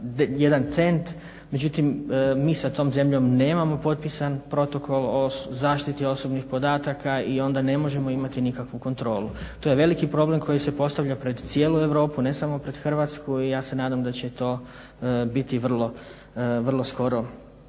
1 cent. Međutim, mi sa tom zemljom nemamo potpisan protokol o zaštiti osobnih podataka i onda ne možemo imati nikakvu kontrolu. To je veliki problem koji se postavlja pred cijelu Europu, ne samo pred Hrvatsku i ja se nadam da će to biti vrlo skoro